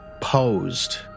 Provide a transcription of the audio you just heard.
posed